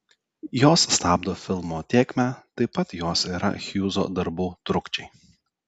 jos stabdo filmo tėkmę taip pat jos yra hjūzo darbų trukdžiai